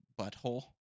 butthole